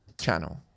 channel